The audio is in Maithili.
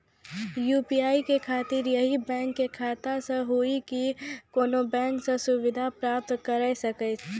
यु.पी.आई के खातिर यही बैंक के खाता से हुई की कोनो बैंक से सुविधा प्राप्त करऽ सकनी?